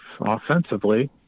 offensively